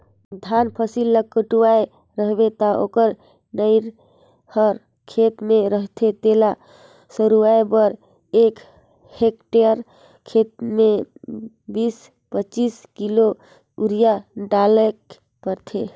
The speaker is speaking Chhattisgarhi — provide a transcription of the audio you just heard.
धान फसिल ल कटुवाए रहबे ता ओकर नरई हर खेते में रहथे तेला सरूवाए बर एक हेक्टेयर खेत में बीस पचीस किलो यूरिया डालेक परथे